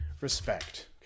respect